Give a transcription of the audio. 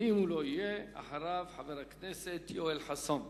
אם הוא לא יהיה, אחריו, חבר הכנסת יואל חסון.